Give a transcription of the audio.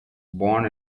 born